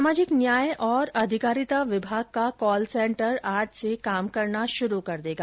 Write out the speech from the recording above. सामाजिक न्याय और अधिकारिता विभाग का कॉल सेन्टर आज से काम करना शुरू कर देगा